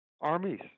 Armies